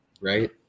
right